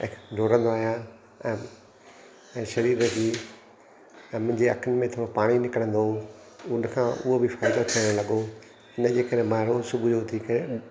डोड़ंदो आहियां ऐं ऐं शरीर जी ऐं मुंहिंजी अखियुनि में थोरो पाणी निकिरंदो हो उन खां उहो बि फ़ाइदो थियणु लॻो इन जे मां रोज़ु सुबुह जो उथी करे